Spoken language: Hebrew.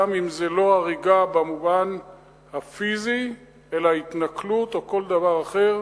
גם אם זה לא הריגה במובן הפיזי אלא התנכלות או כל דבר אחר,